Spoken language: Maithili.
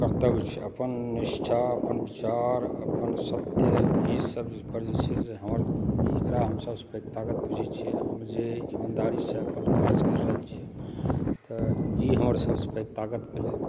कर्तव्य छै अपन निष्ठा अपन विचार अपन सत्य ई सब एकर जे छै से हमर एकरा हम सबसँ पैघ ताकत बुझै छियै हम जे ईमानदारीसँ अपन काज करि रहल छियै तऽ ई हमर सबसँ पैघ ताकत भेलै